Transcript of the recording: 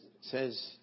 says